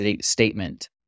statement